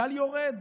הגל יורד,